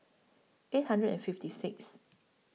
eight hundred and fifty Sixth